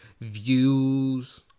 views